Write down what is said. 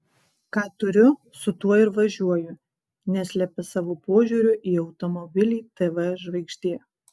ką turiu su tuo ir važiuoju neslepia savo požiūrio į automobilį tv žvaigždė